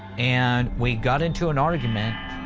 and we got into an argument.